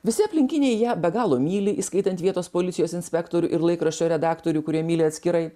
visi aplinkiniai ją be galo myli įskaitant vietos policijos inspektorių ir laikraščio redaktorių kurie myli atskirai